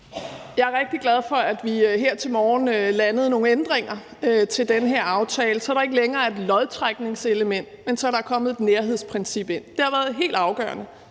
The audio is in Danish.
Jeg er rigtig glad for, at vi her til morgen landede nogle ændringer til den her aftale, så der ikke længere er et lodtrækningselement, men så der er kommet et nærhedsprincip. Det har været helt afgørende